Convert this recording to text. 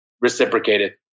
reciprocated